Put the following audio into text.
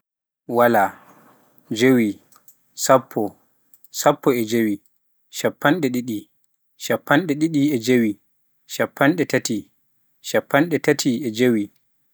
waala, jeewi, sappo, sappo e jeewi, shappanɗe ɗiɗi, shappanɗe ɗiɗi e jeewi, shappanɗe taati, shappanɗe taati e jeewi.